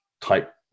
type